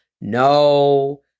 No